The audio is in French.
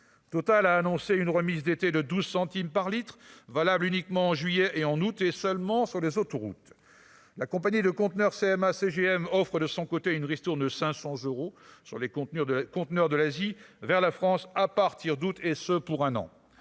Total a annoncé une remise d'été de 12 centimes par litre valable uniquement en juillet et en août, et seulement sur les autoroutes, la compagnie de conteneurs, CMA CGM, offre de son côté une ristourne 500 euros sur les contenus de conteneurs de l'Asie vers la France, à partir d'août et ce pour un an,